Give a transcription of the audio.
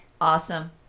Awesome